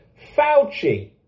Fauci